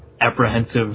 apprehensive